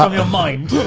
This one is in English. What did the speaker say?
um your mind.